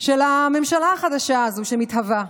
של הממשלה החדשה הזו שמתהווה,